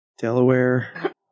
Delaware